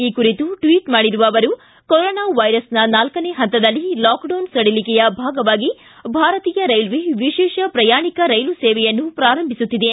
ಈ ಕುರಿತು ಟ್ವಟ್ ಮಾಡಿರುವ ಅವರು ಕೊರೊನಾ ವೈರಸ್ನ ನಾಲ್ಕನೇ ಹಂತದಲ್ಲಿ ಲಾಕ್ಡೌನ್ ಸಡಿಲಿಕೆಯ ಭಾಗವಾಗಿ ಭಾರತೀಯ ರೈಲ್ವೆ ವಿಶೇಷ ಪ್ರಯಾಣಿಕ ರೈಲು ಸೇವೆಯನ್ನು ಪ್ರಾರಂಭಿಸುತ್ತಿದೆ